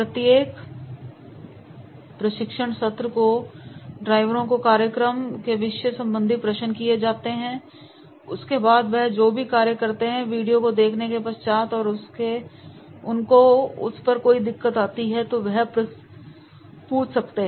प्रत्येक प्रशिक्षण सत्र में ड्राइवरों को कार्यक्रम के विषय संबंधी प्रश्न किए जाते हैं उसके बाद वह जो भी कार्य करते हैं वीडियो को देखने के पश्चात अगर उनको उस में कोई दिक्कत आती है तो वह प्रसन्न कर सकते हैं